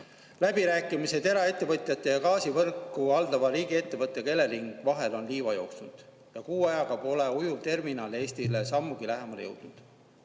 pakume? Läbirääkimised eraettevõtjate ja gaasivõrku haldava riigiettevõtte Elering vahel on liiva jooksnud ja kuu ajaga pole ujuvterminal Eestile sammugi lähemale jõudnud.